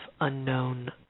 unknown